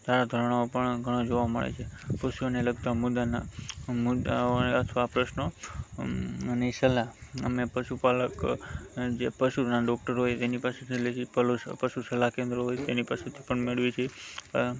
ધારા ધોરણો પણ ઘણાં જોવા મળે છે પશુને લગતા મુદ્દાનાં મુદ્દાઓ અથવા પ્રશ્નો એની સલાહ અમે પશુપાલક જે પશુના ડૉકટરો હોય એની પાસેથી લઇએ અને પશુ સલાહ કેન્દ્ર હોય એની પાસેથી પણ મેળવીએ છીએ